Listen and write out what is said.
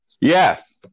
Yes